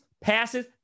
passes